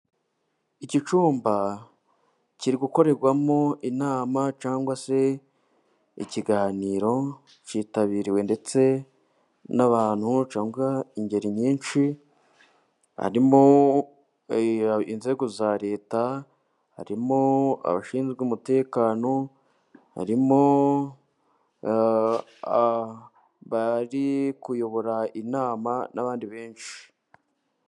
Iki cyumba kiri gukorerwamo inama cyangwa se ikiganiro, cyitabiriwe ndetse n'abantu cyangwa ingeri nyinshi harimo inzego za Leta, harimo abashinzwe umutekano, harimo abari kuyobora inama n'abandi benshi.